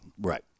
Right